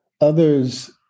others